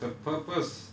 the purpose